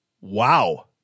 wow